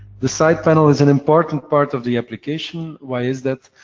the side panel is an important part of the application. why is that?